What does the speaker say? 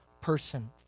person